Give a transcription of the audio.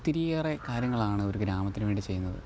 ഒത്തിരിയേറേ കാര്യങ്ങളാണ് ഒരു ഗ്രാമത്തിനു വേണ്ടി ചെയ്യുന്നത്